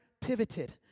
pivoted